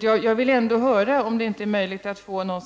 Jag vill ändå höra om det inte är möjligt att få någon